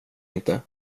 inte